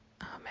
Amen